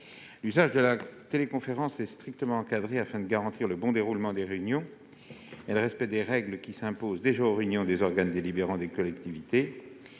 L'usage de la téléconférence est strictement encadré, afin de garantir le bon déroulement des réunions et le respect des règles qui s'imposent déjà aux réunions des organes délibérants des collectivités.